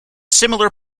similar